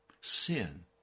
sin